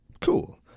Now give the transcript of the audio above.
Cool